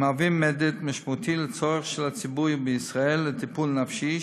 ומהווים מדד משמעותי לצורך של הציבור בישראל בטיפול נפשי,